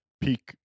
peak